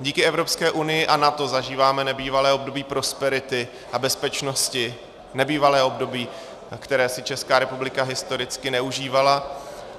Díky Evropské unii a NATO zažíváme nebývalé období prosperity a bezpečnosti, nebývalé období, které si Česká republika historicky neužívala,